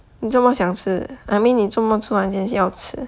你这么想吃 I mean 你这么突然间要吃